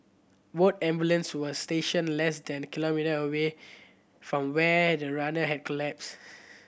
both ambulance were stationed less than kilometre away from where the runner had collapsed